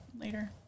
later